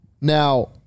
Now